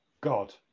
God